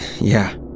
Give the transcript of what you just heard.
Yeah